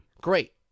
Great